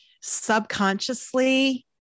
subconsciously